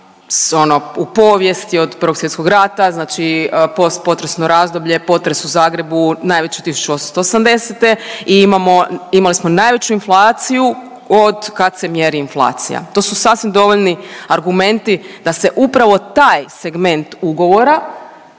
u povijesti, od Prvog svjetskog rata, znači postpotresno razdoblje, potres u Zagrebu, najveći od 1880. i imamo, imali smo najveću inflaciju od kad se mjeri inflacija. To su sasvim dovoljni argumenti da se upravo taj segment ugovora